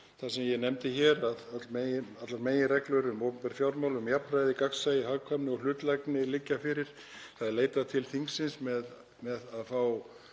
það sem ég nefndi hér, að allar meginreglur um opinber fjármál, um jafnræði, gagnsæi, hagkvæmni og hlutlægni liggi fyrir. Það er leitað til þingsins með að fá